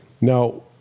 Now